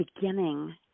beginning